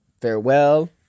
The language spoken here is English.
farewell